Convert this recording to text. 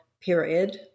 period